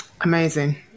Amazing